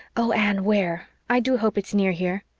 oh, anne, where? i do hope it's near here.